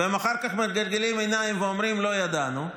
ואחר כך הם מגלגלים עיניים ואומרים, לא ידענו,